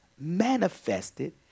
Manifested